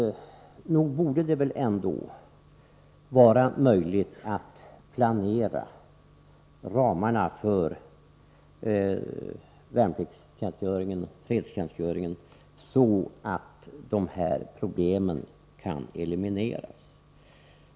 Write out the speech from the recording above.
Nog borde det väl vara möjligt att planera ramarna för fredstjänstgöringen så att dessa problem elimineras.